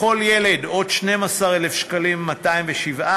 לכל ילד עוד 12,207 שקלים,